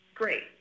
great